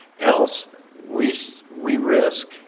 else we so we risk